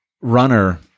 runner